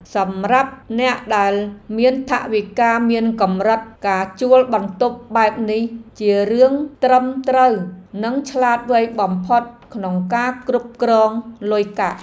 សម្រាប់អ្នកដែលមានថវិកាមានកម្រិតការជួលបន្ទប់បែបនេះជារឿងត្រឹមត្រូវនិងឆ្លាតវៃបំផុតក្នុងការគ្រប់គ្រងលុយកាក់។